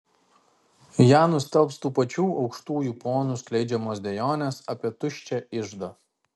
ją nustelbs tų pačių aukštųjų ponų skleidžiamos dejonės apie tuščią iždą